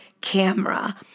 camera